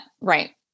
Right